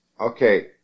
okay